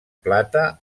plata